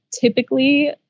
typically